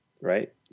Right